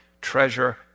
treasure